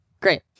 Great